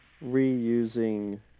reusing